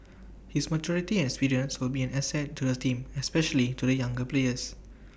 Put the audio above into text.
his maturity and experience will be an asset to the team especially to the younger players